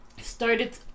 started